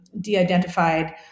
de-identified